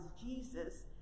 Jesus